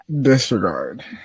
disregard